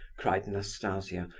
cried nastasia.